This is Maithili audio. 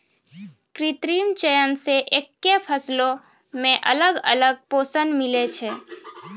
कृत्रिम चयन से एक्के फसलो मे अलग अलग पोषण मिलै छै